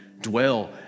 dwell